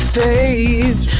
faith